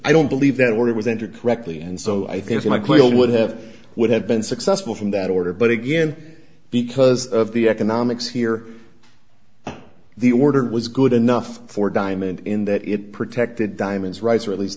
i don't believe that when it was entered correctly and so i think michael would have would have been successful from that order but again because of the economics here the order was good enough for diamond in that it protected diamonds rights or at least